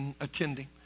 attending